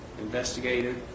investigated